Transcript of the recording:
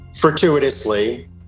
fortuitously